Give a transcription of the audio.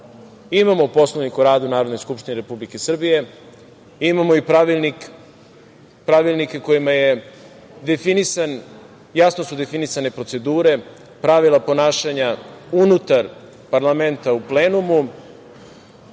imamo Poslovnik o radu Narodne skupštine Republike Srbije, imamo i pravilnike kojima je definisan, jasno su definisane procedure, pravila ponašanja unutar parlamenta u